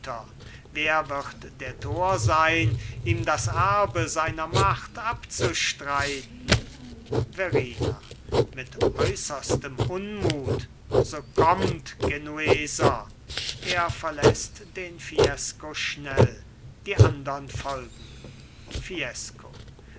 wer wird der tor sein ihm das erbe seiner macht abzustreiten verrina mit äußerstem unmut so kommt genueser er verläßt den fiesco schnell die andern folgen fiesco